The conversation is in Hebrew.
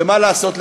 שמה לעשות,